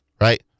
Right